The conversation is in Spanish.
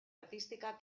artística